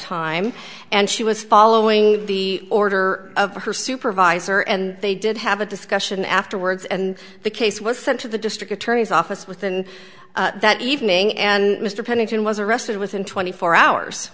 time and she was following the order of her supervisor and they did have a discussion afterwards and the case was sent to the district attorney's office within that evening and mr pennington was arrested within twenty four hours